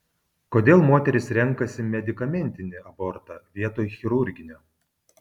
kodėl moterys renkasi medikamentinį abortą vietoj chirurginio